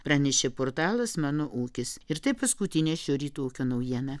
pranešė portalas mano ūkis ir tai paskutinė šio ryto ūkio naujiena